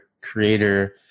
creator